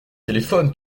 téléphone